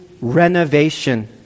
renovation